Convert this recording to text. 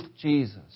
Jesus